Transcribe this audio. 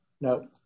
No